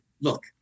look